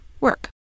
work